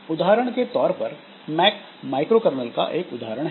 उदाहरण के तौर पर मैक माइक्रोकर्नल का एक उदाहरण है